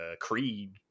creed